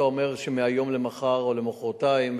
אתה אומר שמהיום למחר או למחרתיים,